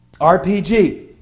RPG